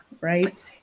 right